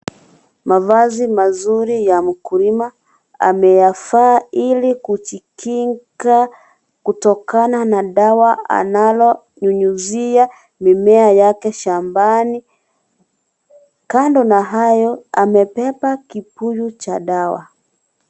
Mavazi mazuri ya mkulima ameyavaa hili kujikinga kutokana na dawa analonyunyuzia mimea yake shambani ,kando na hayo, amebeba kibuyu cha dawa.